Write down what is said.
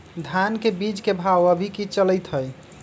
धान के बीज के भाव अभी की चलतई हई?